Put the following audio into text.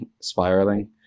spiraling